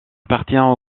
appartient